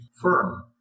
firm